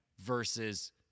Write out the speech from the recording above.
versus